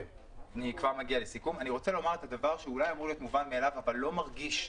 אני רוצה לומר דבר שאולי אמור להיות מובן מאליו אבל לא מרגיש,